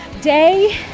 day